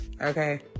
okay